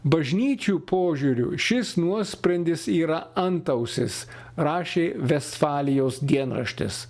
bažnyčių požiūriu šis nuosprendis yra antausis rašė vestfalijos dienraštis